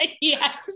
yes